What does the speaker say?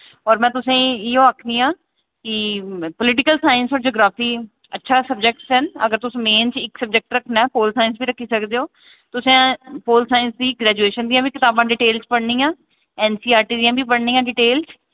होर में तुसें गी इ'यो आखनी आं कि पोलिटीकल साइंस होर जियोग्राफी अच्छा सब्जैक्ट्स हैन अगर तुस मेन च इक सब्जैक्ट रक्खना ऐ पोल साइंस बी रक्खी सकदे ओ तुसें पोल साइंस दी ग्रैजुएशन दियां बी कताबां डिटेल च पढ़नियां ऐन्न सी आर टी दियां बी पढ़नियां डिटेल च